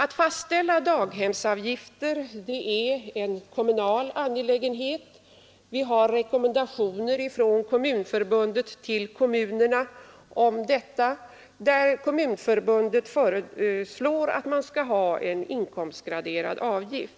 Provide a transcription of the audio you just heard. Att fastställa daghemsavgifter är en kommunal angelägenhet. Kommunförbundet förordar i sina rekommendationer till kommunerna en inkomstgraderad avgift.